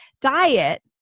diet